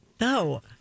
No